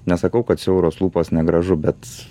nesakau kad siauros lūpos negražu bet